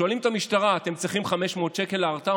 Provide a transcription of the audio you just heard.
שואלים את המשטרה: אתם צריכים 500 שקל להרתעה?